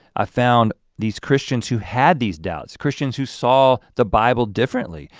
i found these christians who had these doubts, christians who saw the bible differently,